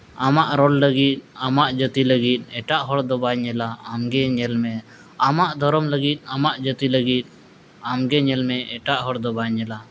ᱟᱢᱟᱜ ᱨᱚᱲ ᱞᱟᱹᱜᱤᱫ ᱟᱢᱟᱜ ᱡᱟᱹᱛᱤ ᱞᱟᱹᱜᱤᱫ ᱮᱴᱟᱜ ᱦᱚᱲ ᱫᱚ ᱵᱟᱭ ᱧᱮᱞᱟ ᱟᱢ ᱜᱮ ᱧᱮᱞᱢᱮ ᱟᱢᱟᱜ ᱫᱷᱚᱨᱚᱢ ᱞᱟᱹᱜᱤᱫ ᱟᱢᱟᱜ ᱡᱟᱹᱛᱤ ᱞᱟᱹᱜᱤᱫ ᱟᱢ ᱜᱮ ᱧᱮᱞᱢᱮ ᱮᱴᱟᱜ ᱦᱚᱲ ᱫᱚ ᱵᱟᱭ ᱧᱮᱞᱟ